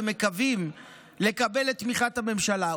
ומקווים לקבל את תמיכת הממשלה.